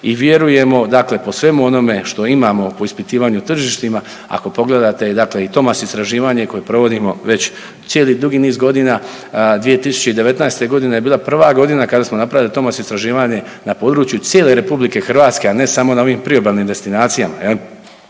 i vjerujemo dakle po svemu onome što imamo po ispitivanju tržištima, ako pogledate i TOMAS istraživanje koje provodimo već cijeli dugi niz godina. 2019. godina je bila prva godina kada smo napravili TOMAS istraživanje na području cijele RH, a ne samo na ovim probalnim destinacijama